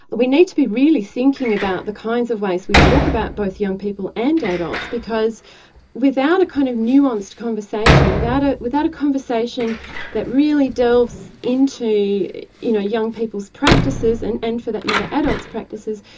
but we need to be really thinking about the kinds of ways we talk about both young people and adults because without a kind of a nuanced conversation, without ah without a conversation that really delves into you know young people's practices and and, for that matter, adults' practices,